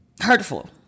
hurtful